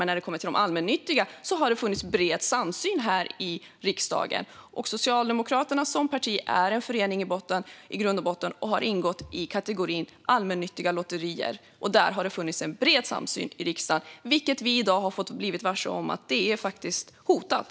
Men när det kommer till de allmännyttiga har det funnits bred samsyn i riksdagen. Socialdemokraterna som parti är en förening i grund och botten och har ingått i kategorin allmännyttiga lotterier. Där har det funnits en bred samsyn i riksdagen. I dag har vi blivit varse att det är hotat.